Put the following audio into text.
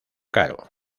caro